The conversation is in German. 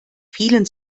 vielen